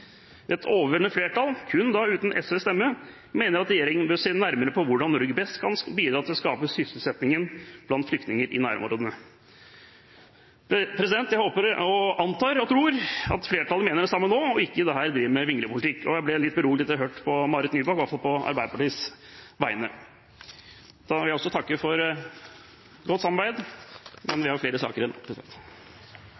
Et overveldende flertall, uten kun SVs stemme, mener at regjeringen bør se nærmere på hvordan Norge best kan bidra til å øke sysselsettingen blant flyktninger i nærområdene. Jeg håper – og antar og tror – at flertallet mener det samme nå og ikke her driver med vinglepolitikk, og jeg ble litt beroliget da jeg hørte Marit Nybakk på i hvert fall Arbeiderpartiets vegne. Også jeg vil takke for et godt samarbeid. Eg skal ikkje starte med heile Noregs bistands- og utviklingspolitiske historie, men